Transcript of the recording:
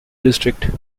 district